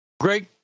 great